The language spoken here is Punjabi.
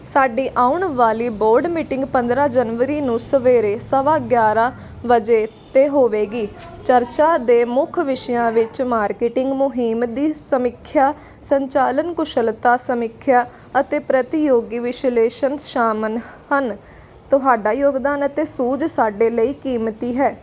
ਸਾਡੀ ਆਉਣ ਵਾਲੀ ਬੋਰਡ ਮੀਟਿੰਗ ਪੰਦਰਾਂ ਜਨਵਰੀ ਨੂੰ ਸਵੇਰੇ ਸਵਾ ਗਿਆਰਾਂ ਵਜੇ 'ਤੇ ਹੋਵੇਗੀ ਚਰਚਾ ਦੇ ਮੁੱਖ ਵਿਸ਼ਿਆਂ ਵਿੱਚ ਮਾਰਕੀਟਿੰਗ ਮੁਹਿੰਮ ਦੀ ਸਮੀਖਿਆ ਸੰਚਾਲਨ ਕੁਸ਼ਲਤਾ ਸਮੀਖਿਆ ਅਤੇ ਪ੍ਰਤੀਯੋਗੀ ਵਿਸ਼ਲੇਸ਼ਣ ਸ਼ਾਮਲ ਹਨ ਤੁਹਾਡਾ ਯੋਗਦਾਨ ਅਤੇ ਸੂਝ ਸਾਡੇ ਲਈ ਕੀਮਤੀ ਹੈ